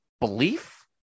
belief